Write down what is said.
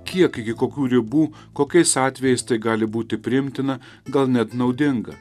kiek iki kokių ribų kokiais atvejais tai gali būti priimtina gal net naudinga